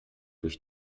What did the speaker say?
durch